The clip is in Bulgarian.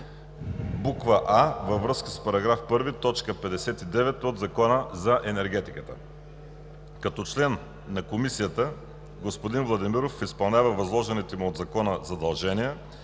буква „а“ във връзка с § 1, т. 59 от Закона за енергетиката. Като член на Комисията, господин Владимиров изпълнява възложените му от Закона задължения